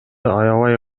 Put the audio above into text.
аябай